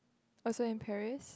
also in Paris